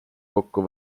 kokku